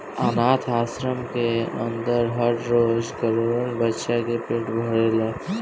आनाथ आश्रम के अन्दर हर रोज करोड़न बच्चन के पेट भराला